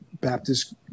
Baptist